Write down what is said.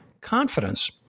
confidence